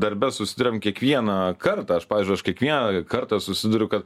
darbe susiduriam kiekvieną kartą aš pavyzdžiui aš kiekvie kartą susiduriu kad